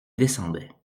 descendait